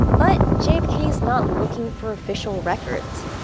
but jfk is not looking for official records.